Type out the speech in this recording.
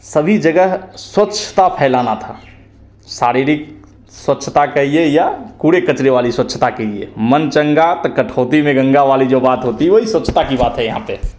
सभी जगह स्वच्छता फैलाना था शारीरिक स्वच्छता कहिए या कूड़े कचरे वाली स्वच्छता कहिए मन चंगा त कठौती में गंगा वाली जो बात है वही स्वच्छता की बात है यहाँ पर